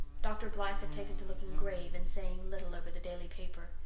dr. blythe had taken to looking grave and saying little over the daily paper.